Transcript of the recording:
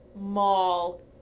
mall